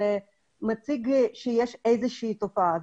זה אומר שיש איזושהי תופעה.